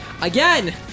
Again